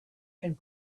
and